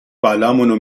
بالامونو